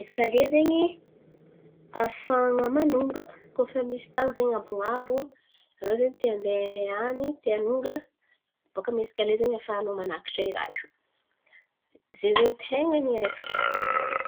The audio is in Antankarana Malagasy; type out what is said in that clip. esikalie zen̈y ahafahan̈a manonga. Koa fa misy tan̈y zen̈y an̈abon̈abo anao zen̈y te handeha an̈y te hanonga, boaka amy esikalie zen̈y ahafahanao manakatra i raha io. Ze zen̈y ten̈a ny araiky asany.